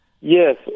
Yes